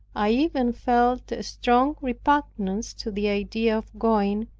i even felt a strong repugnance to the idea of going,